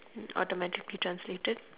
automatically translated